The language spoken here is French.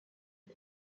dit